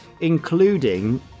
including